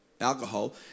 alcohol